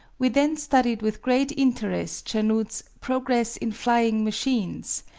we then studied with great interest chanute's progress in flying machines,